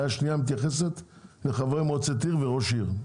הבעיה השנייה מתייחסת לחברי מועצת עיר וראש עיר,